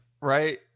Right